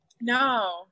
No